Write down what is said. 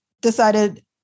decided